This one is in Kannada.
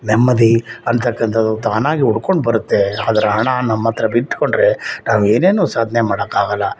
ನೆಮ್ಮದಿ ಅಂತಕ್ಕಂಥದ್ದು ತಾನಾಗಿ ಹುಡ್ಕೊಂಡು ಬರುತ್ತೆ ಆದ್ರೆ ಹಣ ನಮ್ಮ ಹತ್ರ ಬಿಟ್ಕೊಂಡ್ರೆ ನಾವು ಏನೇನೂ ಸಾಧನೆ ಮಾಡೋಕ್ಕಾಗೋಲ್ಲ